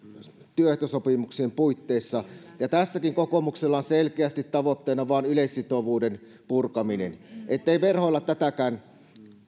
työehtosopimuksien puitteissa ja tässäkin kokoomuksella on selkeästi tavoitteena vain yleissitovuuden purkaminen ettei verhoilla tätäkään